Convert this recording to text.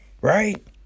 Right